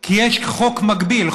כי יש חוק מקביל,